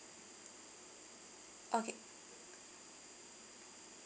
okay